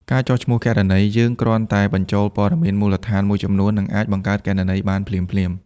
ការចុះឈ្មោះគណនីយើងគ្រាន់តែបញ្ចូលព័ត៌មានមូលដ្ឋានមួយចំនួន អ្នកអាចបង្កើតគណនីបានភ្លាមៗ។